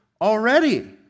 already